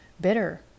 bitter